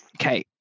okay